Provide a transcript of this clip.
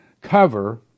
cover